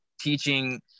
teaching